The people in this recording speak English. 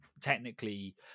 technically